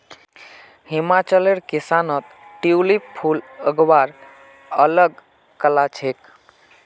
हिमाचलेर किसानत ट्यूलिप फूल उगव्वार अल ग कला छेक